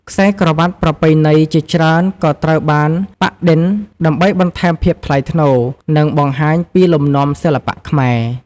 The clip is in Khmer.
ខ្សែក្រវ៉ាត់ប្រពៃណីជាច្រើនក៏ត្រូវបានប៉ាក់-ឌិន ដើម្បីបន្ថែមភាពថ្លៃថ្នូរ និងបង្ហាញពីលំនាំសិល្បៈខ្មែរ។